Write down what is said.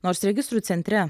nors registrų centre